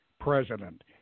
president